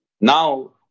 Now